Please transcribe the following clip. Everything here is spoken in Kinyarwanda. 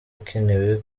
akenewe